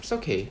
it's okay